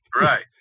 Right